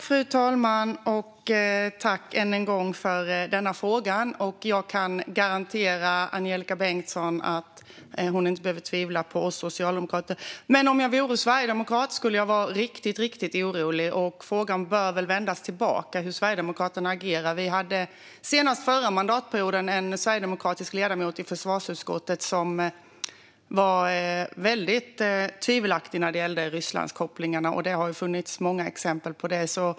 Fru talman! Jag tackar än en gång för frågan. Jag kan garantera Angelika Bengtsson att hon inte behöver tvivla på oss socialdemokrater. Om jag var sverigedemokrat skulle jag dock vara riktigt orolig, för frågan bör väl vändas tillbaka: Hur agerar Sverigedemokraterna? Senast den förra mandatperioden var det en sverigedemokratisk ledamot i försvarsutskottet som var väldigt tvivelaktig när det gällde Rysslandskopplingarna, och det har ju funnits många exempel på detta.